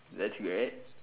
that's right